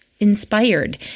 inspired